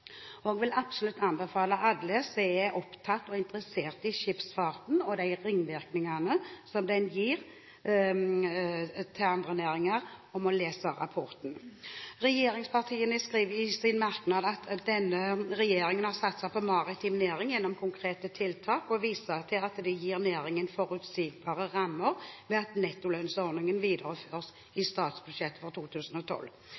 Jeg vil absolutt anbefale alle som er opptatt av og interessert i skipsfarten og de ringvirkningene som den har for andre næringer, å lese rapporten. Regjeringspartiene skriver i sin merknad: «Denne regjeringen har satset på maritim næring gjennom konkrete tiltak.» De viser til at næringen gis forutsigbare rammer ved at nettolønnsordningen videreføres